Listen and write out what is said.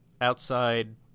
outside